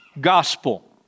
gospel